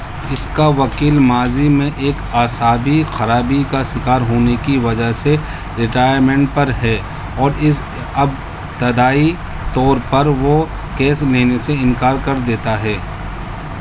اس کا وکیل ماضی میں ایک اعصابی خرابی کا شکار ہونے کی وجہ سے ریٹائرمنٹ پر ہے اور اس اب ابتدائی طور پر وہ کیس لینے سے انکار کر دیتا ہے